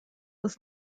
was